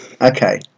Okay